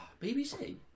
BBC